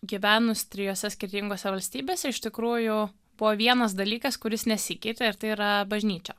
gyvenus trijose skirtingose valstybėse iš tikrųjų buvo vienas dalykas kuris nesikeitė ir tai yra bažnyčia